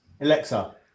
Alexa